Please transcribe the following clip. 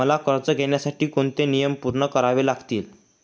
मला कर्ज घेण्यासाठी कोणते नियम पूर्ण करावे लागतील?